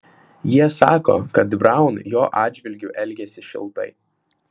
jie sako kad braun jo atžvilgiu elgėsi šiltai